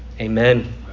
Amen